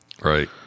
Right